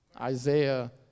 Isaiah